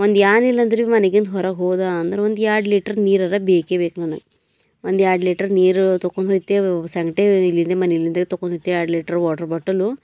ಒಂದು ಏನ್ ಇಲ್ಲ ಅಂದ್ರೂ ಮನಿಗಿಂದ ಹೊರಗೆ ಹೋದ ಅಂದ್ರೆ ಒಂದು ಎರಡು ಲೀಟ್ರ್ ನೀರಾರು ಬೇಕೇ ಬೇಕು ನನಗೆ ಒಂದು ಎರಡು ಲೀಟ್ರ್ ನೀರು ತಕೊಂಡ್ ಹೋಯ್ತೆ ಸಂಗ್ಟಿಗೆ ಇಲ್ಲಿಂದನೇ ಮನೆಲಿಂದನೇ ತಕೊಂಡು ಹೋತೆ ಎರಡು ಲೀಟ್ರ್ ವಾಟರ್ ಬಾಟಲ್ಲು